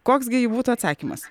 koks gi būtų atsakymas